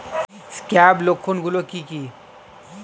Scab লক্ষণ গুলো কি কি?